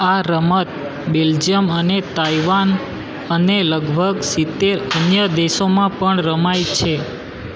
આ રમત બેલ્જિયમ અને તાઈવાન અને લગભગ સિત્તેર અન્ય દેશોમાં પણ રમાય છે